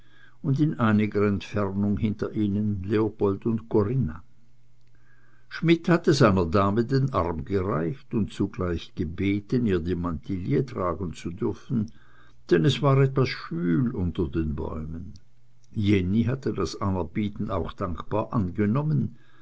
und in einiger entfernung hinter ihnen leopold und corinna schmidt hatte seiner dame den arm gereicht und zugleich gebeten ihr die mantille tragen zu dürfen denn es war etwas schwül unter den bäumen jenny hatte das anerbieten auch dankbar angenommen